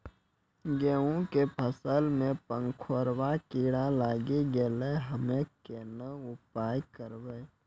गेहूँ के फसल मे पंखोरवा कीड़ा लागी गैलै हम्मे कोन उपाय करबै?